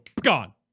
gone